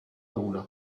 una